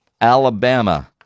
Alabama